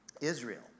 Israel